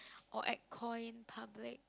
or act coy in public